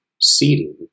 seating